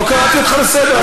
לא קראתי אותך לסדר.